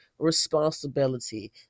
responsibility